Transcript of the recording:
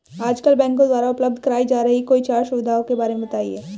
आजकल बैंकों द्वारा उपलब्ध कराई जा रही कोई चार सुविधाओं के बारे में बताइए?